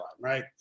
right